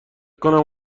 کنم